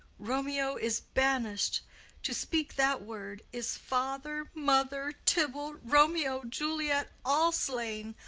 romeo is banished' to speak that word is father, mother, tybalt, romeo, juliet, all slain,